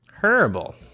Horrible